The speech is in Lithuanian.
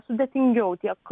sudėtingiau tiek